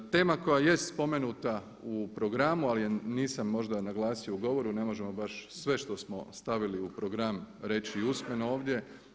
Tema koja jest spomenuta u programu ali je nisam možda naglasio u govoru, ne možemo baš sve što smo stavili u program reći i usmeno ovdje.